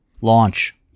Launch